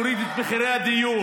זה יוריד את מחירי הדיור.